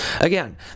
Again